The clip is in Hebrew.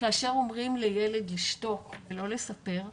כאשר אומרים לילד לשתוק ולא לספר,